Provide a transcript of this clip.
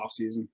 offseason